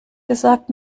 gesagt